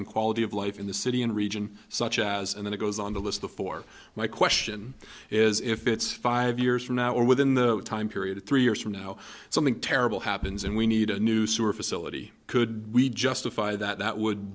and quality of life in the city and region such as and then it goes on the list before my question is if it's five years from now or within the time period of three years from now something terrible happens and we need a new sewer facility could we justify that